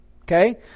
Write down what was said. okay